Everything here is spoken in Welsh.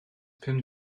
pum